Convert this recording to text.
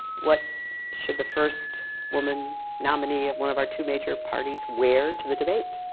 what should the first woman nominee of one of our two major parties wear to the debate,